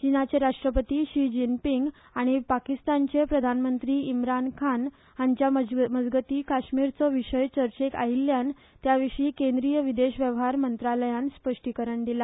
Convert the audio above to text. चीनाचे राष्ट्रपती Xi Jinping आनी पाकिस्तानाचे प्रधानमंत्री इम्रान खान हांच्या मजगती काश्मीरचो विषय चर्चेक आयिल्ल्यान त्या विशी केंद्रीय विदेश वेव्हार मंत्रालयान स्पष्टीकरण दिला